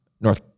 North